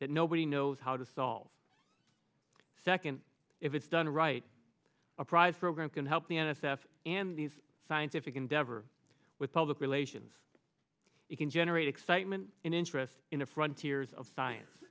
that nobody knows how to solve second if it's done right a prize program can help the n s f and these scientific endeavor with public relations you can generate excitement and interest in the front two years of science